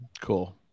cool